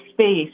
space